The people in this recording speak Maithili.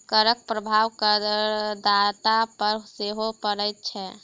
करक प्रभाव करदाता पर सेहो पड़ैत छै